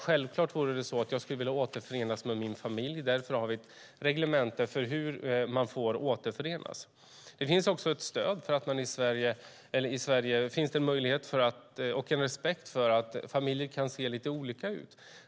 Självklart vore det så att jag skulle vilja återförenas med min familj. Därför har vi ett reglemente för hur man får återförenas. I Sverige finns en respekt för att familjer kan se lite olika ut.